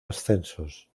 ascensos